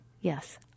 yes